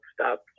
stop